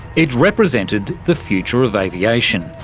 it represented the future of aviation.